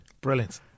Brilliant